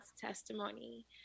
testimony